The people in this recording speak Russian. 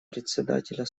председателя